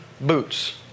boots